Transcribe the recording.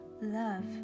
love